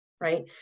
right